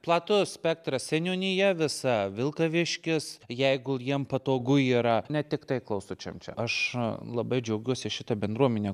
platus spektras seniūnija visa vilkaviškis jeigu jiem patogu yra ne tiktai klausučiam čia aš labai džiaugiuosi šita bendruomene